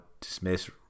dismiss